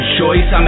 choice